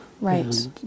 right